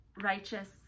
righteous